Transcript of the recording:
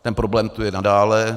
Ten problém tu je nadále.